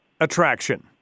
attraction